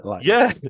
Yeah